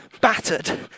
battered